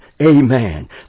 Amen